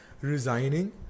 resigning